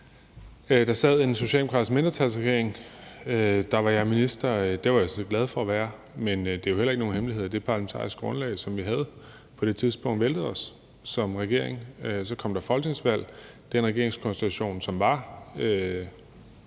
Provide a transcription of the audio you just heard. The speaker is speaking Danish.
Der sad en socialdemokratisk mindretalsregering før, og der var jeg minister. Det var jeg sådan set glad for at være. Men det er jo heller ikke nogen hemmelighed, at det parlamentariske grundlag, som vi havde på det tidspunkt, væltede os som regering. Så kom der folketingsvalg, og i forhold til den regeringskonstruktion, som der